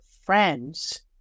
friends